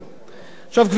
עכשיו, גברתי היושבת-ראש,